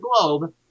globe